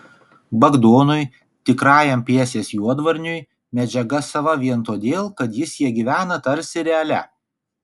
bagdonui tikrajam pjesės juodvarniui medžiaga sava vien todėl kad jis ja gyvena tarsi realia